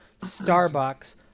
Starbucks